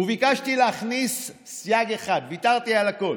ביקשתי להכניס סייג אחד, ויתרתי על הכול: